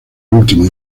último